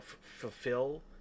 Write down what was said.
fulfill